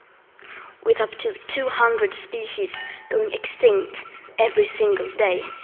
with up to two hundred species going extinct every single day,